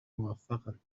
موفقن